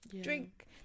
drink